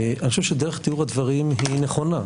אני חושב שדרך תיאור הדברים היא נכונה,